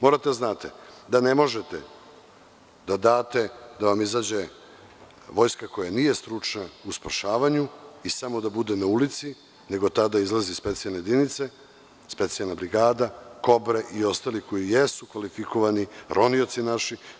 Morate da znate da ne možete da date da vam izađe Vojska koja nije stručna u spašavanju i samo da bude na ulici, nego tada izlaze specijalne jedinice, specijalna brigada, kobre i ostali koji jesu kvalifikovani, ronioci